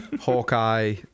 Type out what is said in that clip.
Hawkeye